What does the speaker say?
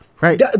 right